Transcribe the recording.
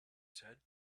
said